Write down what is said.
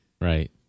Right